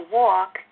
walk